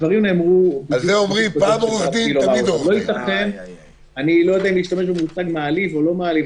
אני לא יודע אם להשתמש במושג מעליב או לא מעליב,